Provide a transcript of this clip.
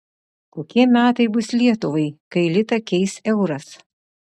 kokie metai bus lietuvai kai litą keis euras